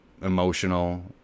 emotional